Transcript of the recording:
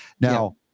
now